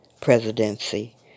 presidency